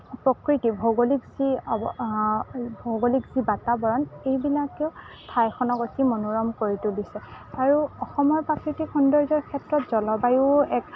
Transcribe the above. প্ৰকৃতি ভৌগোলিক যি ভৌগোলিক যি বাতাৱৰণ এইবিলাকেও ঠাইখনক অতি মনোৰম কৰি তুলিছে আৰু অসমৰ প্ৰাকৃতিক সৌন্দৰ্যৰ ক্ষেত্ৰত জলবায়ু এক